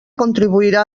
contribuirà